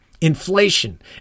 Inflation